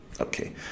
Okay